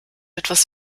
etwas